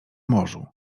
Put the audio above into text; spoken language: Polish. morzu